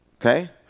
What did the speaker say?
Okay